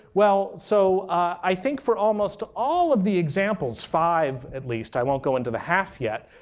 well, so i think for almost all of the examples five at least. i won't go into the half yet.